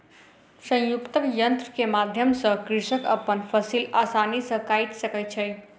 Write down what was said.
संयुक्तक यन्त्र के माध्यम सॅ कृषक अपन फसिल आसानी सॅ काइट सकै छै